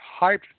hyped